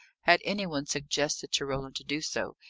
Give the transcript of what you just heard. had any one suggested to roland to do so,